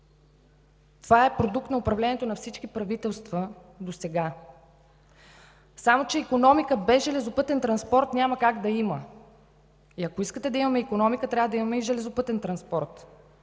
Това е продукт на управлението на всички правителства досега. Само че икономика без железопътен транспорт няма как да има и ако искате да имаме икономика, трябва да имаме и железопътен транспорт.